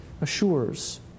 assures